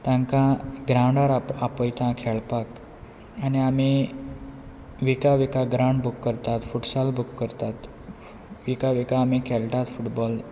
तांकां ग्रावंडार आपयता खेळपाक आनी आमी विका विका ग्रावंड बूक करतात फुटसॉल बूक करतात विका विका आमी खेळटात फुटबॉल